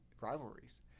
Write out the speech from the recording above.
rivalries